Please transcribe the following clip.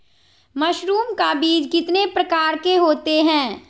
Mushroom का बीज कितने प्रकार के होते है?